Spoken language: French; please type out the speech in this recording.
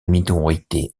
minorité